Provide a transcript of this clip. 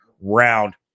round